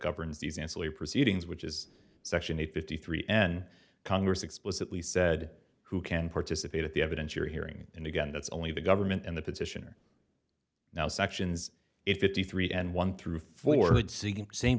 governs these ancillary proceedings which is section eight fifty three n congress explicitly said who can participate at the evidence you're hearing and again that's only the government and the petitioner now sections it fifty three and one through